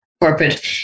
Corporate